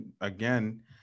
again